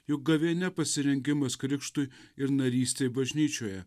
juk gavėnia pasirengimas krikštui ir narystė bažnyčioje